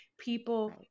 people